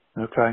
okay